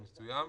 רגיל.